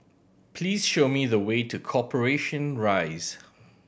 please show me the way to Corporation Rise